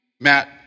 Matt